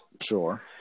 Sure